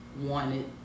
wanted